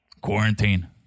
quarantine